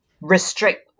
restrict